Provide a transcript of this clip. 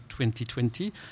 2020